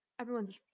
Everyone's